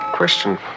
Question